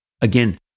again